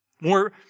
more